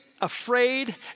afraid